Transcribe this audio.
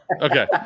Okay